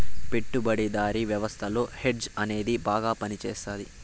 పెట్టుబడిదారీ వ్యవస్థలో హెడ్జ్ అనేది బాగా పనిచేస్తది